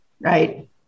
right